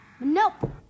Nope